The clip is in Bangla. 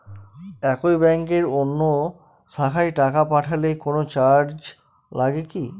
একই ব্যাংকের অন্য শাখায় টাকা পাঠালে কোন চার্জ লাগে কি?